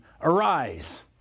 Arise